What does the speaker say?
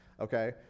Okay